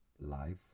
life